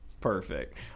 perfect